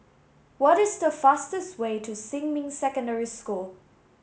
what is the fastest way to Xinmin Secondary School